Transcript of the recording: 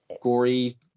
gory